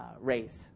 race